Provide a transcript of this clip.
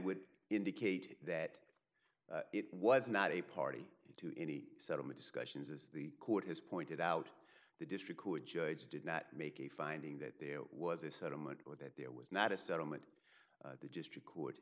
would indicate that it was not a party to any settlement discussions as the court has pointed out the district court judge did not make a finding that there was a settlement or that there was not a settlement district court